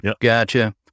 Gotcha